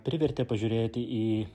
privertė pažiūrėti į